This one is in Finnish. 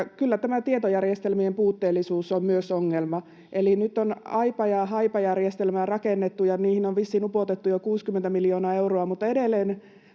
tietojärjestelmien puutteellisuus on ongelma. Eli nyt on Aipa‑ ja Haipa-järjestelmää rakennettu ja niihin on vissiin upotettu jo 60 miljoonaa euroa, mutta se ei